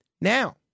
Now